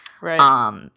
Right